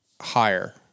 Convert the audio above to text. higher